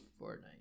Fortnite